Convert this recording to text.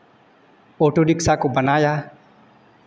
auto rickshaw को बनाया